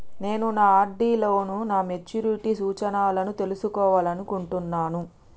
నేను నా ఆర్.డి లో నా మెచ్యూరిటీ సూచనలను తెలుసుకోవాలనుకుంటున్నా